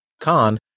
Con